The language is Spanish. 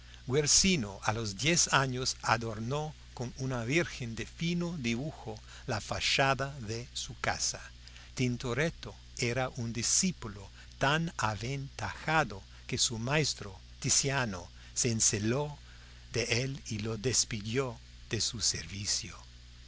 guercino a los diez años adornó con una virgen de fino dibujo la fachada de su casa tintoretto era un discípulo tan aventajado que su maestro tiziano se enceló de él y lo despidió de su servicio